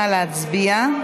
נא להצביע.